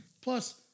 Plus